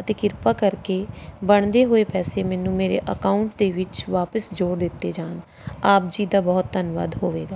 ਅਤੇ ਕਿਰਪਾ ਕਰਕੇ ਬਣਦੇ ਹੋਏ ਪੈਸੇ ਮੈਨੂੰ ਮੇਰੇ ਅਕਾਊਂਟ ਦੇ ਵਿੱਚ ਵਾਪਸ ਜੋੜ ਦਿੱਤੇ ਜਾਣ ਆਪ ਜੀ ਦਾ ਬਹੁਤ ਧੰਨਵਾਦ ਹੋਵੇਗਾ